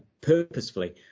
purposefully